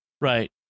Right